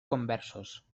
conversos